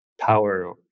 power